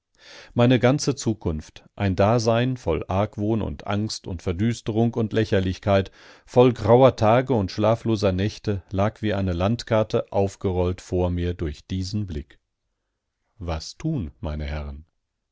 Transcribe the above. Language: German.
meine ganze zukunft ein dasein voll argwohn und angst und verdüsterung und lächerlichkeit voll grauer tage und schlafloser nächte lag wie eine landkarte aufgerollt vor mir durch diesen blick was tun meine herren